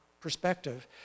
perspective